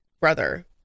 brother